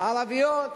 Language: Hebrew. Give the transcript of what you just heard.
הערביות